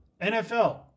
NFL